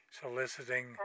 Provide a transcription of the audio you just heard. soliciting